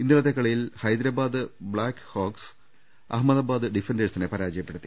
ഇന്നലത്തെ കളിയിൽ Hyderabad Black Hawks Ahmedabad ഡിഫ ന്റേഴ്സിനെ പരാജയപ്പെടുത്തി